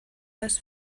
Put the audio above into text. als